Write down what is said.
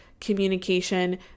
communication